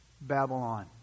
Babylon